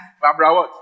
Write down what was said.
Barbara